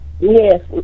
Yes